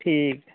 ठीक